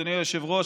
אדוני היושב-ראש,